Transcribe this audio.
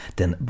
den